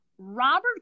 Robert